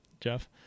Jeff